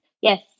Yes